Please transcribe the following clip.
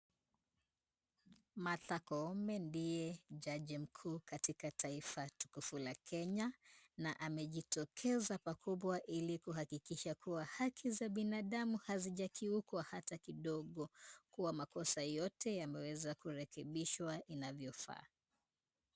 Martha Koome ndiye jaji mkuu katika taifa tukufu la Kenya, na amejitokeza pakubwa ili kuhakikisha haki za binadamu hazijakuikwa hata kidogo, kwa makosa yote yameweza kurekebishwa inavyofaa.